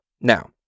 Now